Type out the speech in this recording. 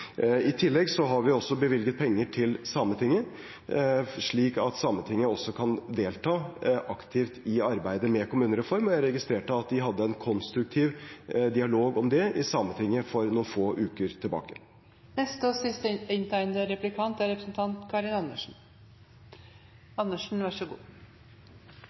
I tillegg har vi bevilget penger til Sametinget, slik at Sametinget også kan delta aktivt i arbeidet med kommunereform. Jeg registrerte at de hadde en konstruktiv dialog om det i Sametinget for noen få uker